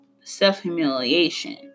Self-humiliation